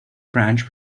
branch